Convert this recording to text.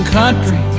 country